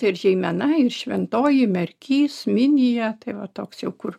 tai ir žeimena ir šventoji merkys minija tai va toks jau kur